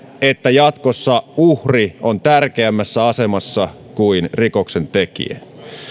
että jatkossa uhri on tärkeämmässä asemassa kuin rikoksentekijä